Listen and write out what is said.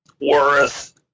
worth